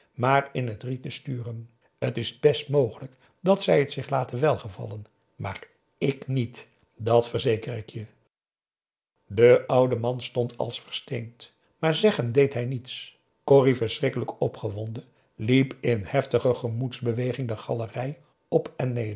maar in het riet te sturen t is best mogelijk dat zij het zich laten welgevallen maar ik niet dat verzeker ik je de oude man stond als versteend maar zeggen deed hij niets corrie verschrikkelijk opgewonden liep in heftige gemoedsbeweging de galerij op